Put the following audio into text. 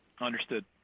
Understood